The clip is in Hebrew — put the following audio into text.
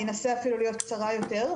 אני אנסה אפילו להיות קצרה יותר.